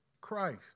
Christ